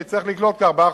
שיצטרך לקלוט כ-4,